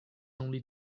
only